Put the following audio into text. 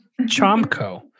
Chomko